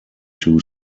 two